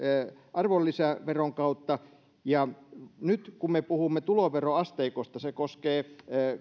arvonlisäveron kautta nyt kun me puhumme tuloveroasteikosta se koskee